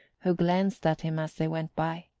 who glanced at him as they went by.